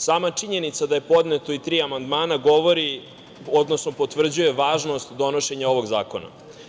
Sama činjenica da su podneta tri amandmana govori, odnosno potvrđuje važnost donošenja ovog zakona.